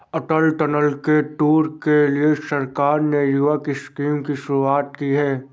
अटल tunnel के tour के लिए सरकार ने युवक स्कीम की शुरुआत की है